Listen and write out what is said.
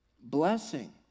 blessing